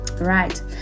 Right